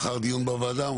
לאחר דיון בוועדה,